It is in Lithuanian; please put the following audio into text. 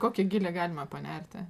kokį gylį galima panerti